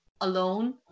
alone